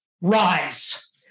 rise